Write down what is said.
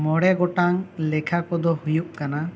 ᱢᱚᱬᱮ ᱜᱚᱴᱟᱝ ᱞᱮᱠᱷᱟ ᱠᱚ ᱫᱚ ᱦᱩᱭᱩᱜ ᱠᱟᱱᱟ